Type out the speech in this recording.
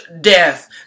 death